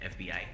FBI